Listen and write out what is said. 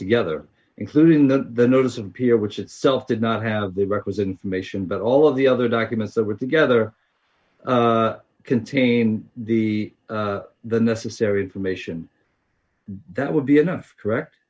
together including the the notice of appeal which itself did not have the requisite information but all of the other documents that were together contain the the necessary information that would be enough correct